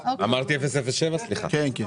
ההסבר.